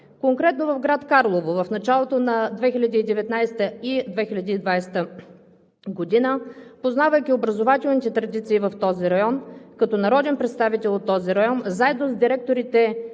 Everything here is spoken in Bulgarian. Конкретно в град Карлово в началото на 2019 г. и 2020 г., познавайки образователните традиции в този район, като народен представител от този район,